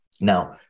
Now